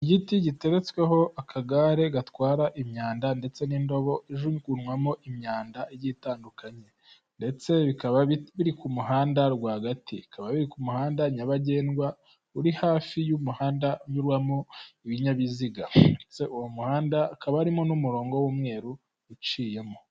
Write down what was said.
Igiti giteretsweho akagare gatwara imyanda ndetse n'indobo ijugunywamo imyanda igiye igitandukanye ndetse bikaba biri ku muhanda rwagati. Bikaba ku muhanda nyabagendwa uri hafi y'umuhanda unyuramo ibinyabiziga ndetse uwo muhanda hakaba harimo n'umurongo w'umweru uciyemo.